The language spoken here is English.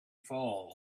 fall